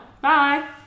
Bye